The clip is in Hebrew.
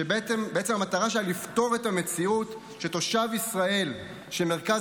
שבעצם המטרה שלה לפתור את המציאות שתושב ישראל שמרכז